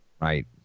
Right